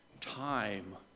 Time